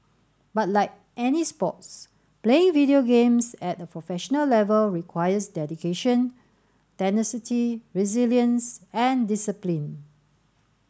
but like any sports playing video games at a professional level requires dedication tenacity resilience and discipline